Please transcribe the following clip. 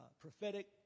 prophetic